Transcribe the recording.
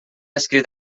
escrit